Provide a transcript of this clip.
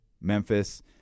Memphis